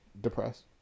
depressed